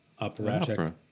operatic